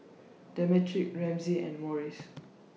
Demetric Ramsey and Maurice